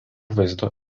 vaizdo